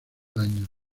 años